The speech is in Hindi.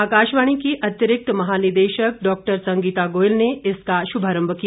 आकाशवाणी की अतिरिक्त महानिदेशक डॉ संगीता गोयल ने इसका शुभारम्भ किया